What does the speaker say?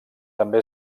també